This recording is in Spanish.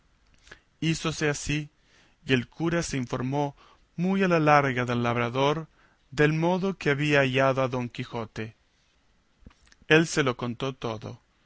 importaba hízose así y el cura se informó muy a la larga del labrador del modo que había hallado a don quijote él se lo contó todo